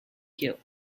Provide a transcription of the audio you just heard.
hill